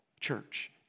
church